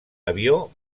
avió